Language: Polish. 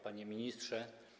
Panie Ministrze!